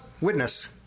witness